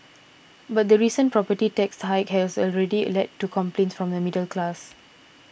but the recent property tax hike has already led to complaints from the middle class